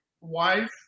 wife